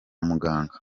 muganga